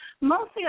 mostly